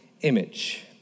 image